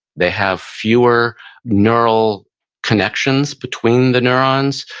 they have fewer neural connections between the neurons.